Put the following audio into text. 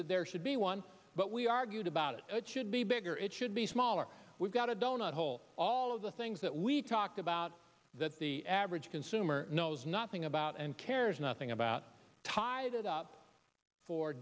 that there should be one but we argued about it should be bigger it should be smaller we've got a donut hole all of the things that we talked about that the average consumer knows nothing about and cares nothing about tied it up for